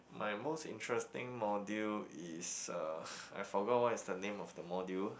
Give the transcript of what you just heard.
my most interesting module is uh I forgot what is the name of the module